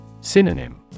Synonym